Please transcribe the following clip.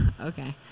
okay